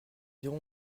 irons